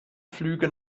flüge